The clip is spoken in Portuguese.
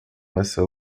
nessa